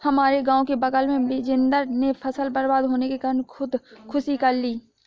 हमारे गांव के बगल में बिजेंदर ने फसल बर्बाद होने के कारण खुदकुशी कर ली